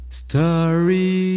story